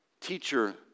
teacher